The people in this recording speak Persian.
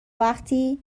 وقتی